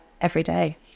everyday